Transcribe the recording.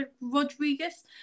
Rodriguez